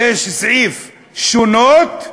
יש סעיף "שונות",